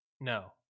No